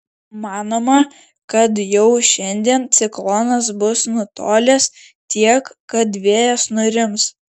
manoma kad jau šiandien ciklonas bus nutolęs tiek kad vėjas nurims